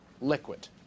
liquid